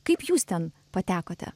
kaip jūs ten patekote